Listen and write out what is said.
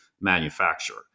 manufacturer